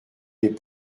des